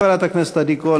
חברת הכנסת עדי קול,